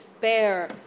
bear